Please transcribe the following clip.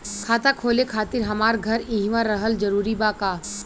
खाता खोले खातिर हमार घर इहवा रहल जरूरी बा का?